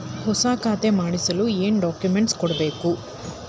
ಹೊಸ ಖಾತೆ ಮಾಡಿಸಲು ಏನು ಡಾಕುಮೆಂಟ್ಸ್ ಕೊಡಬೇಕು?